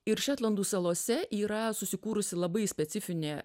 ir šetlandų salose yra susikūrusi labai specifinė